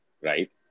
right